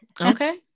Okay